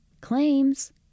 claims